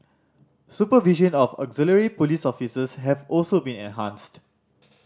supervision of auxiliary police officers have also been enhanced